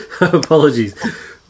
apologies